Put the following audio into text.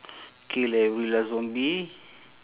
kill every last zombie